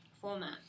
format